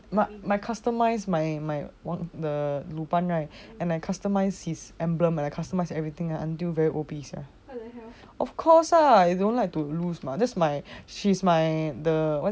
but I customise my my one the luban right and I customise his emblem right I customise everything until very O_P of course lah you don't like to lose mah that's my she's my